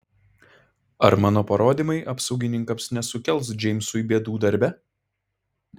ar mano parodymai apsaugininkams nesukels džeimsui bėdų darbe